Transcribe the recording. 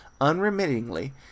unremittingly